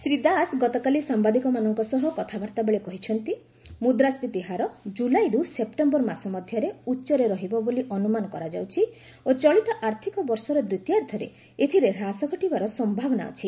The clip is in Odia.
ଶ୍ରୀ ଦାସ ଗତକାଲି ସାମ୍ଭାଦିକମାନଙ୍କ ସହ କଥାବାର୍ତ୍ତା ବେଳେ କହିଛନ୍ତି ମୁଦ୍ରାସ୍କୀତି ହାର ଜୁଲାଇରୁ ସେପ୍ଟେମ୍ଭର ମାସ ମଧ୍ୟରେ ଉଚ୍ଚରେ ରହିବ ବୋଲି ଅନୁମାନ କରାଯାଉଛି ଓ ଚଳିତ ଆର୍ଥକବର୍ଷର ଦ୍ୱିତୀୟାର୍ଦ୍ଧରେ ଏଥିରେ ହ୍ରାସ ଘଟିବାର ସମ୍ଭାବନା ଅଛି